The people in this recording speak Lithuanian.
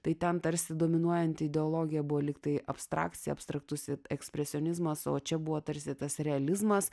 tai ten tarsi dominuojanti ideologija buvo lyg tai abstrakcija abstraktusi ekspresionizmas o čia buvo tarsi tas realizmas